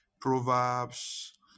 proverbs